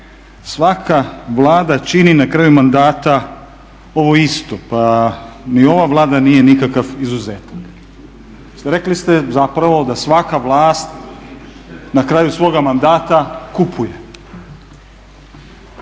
svaka Vlada čini na kraju mandata ovo isto, pa ni ova Vlada nije nikakav izuzetak. Rekli ste zapravo da svaka vlast na kraju svoga mandata kupuje.